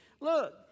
Look